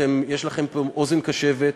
יש לכם פה אוזן קשבת,